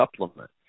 supplement